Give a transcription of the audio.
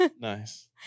Nice